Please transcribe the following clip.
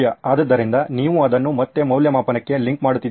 ಆದ್ದರಿಂದ ನೀವು ಅದನ್ನು ಮತ್ತೆ ಮೌಲ್ಯಮಾಪನಕ್ಕೆ ಲಿಂಕ್ ಮಾಡುತ್ತಿದ್ದೀರಿ